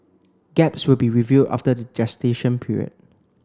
gaps would be reviewed after the gestational period